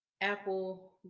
Apple